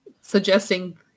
suggesting